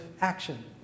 action